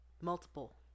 multiple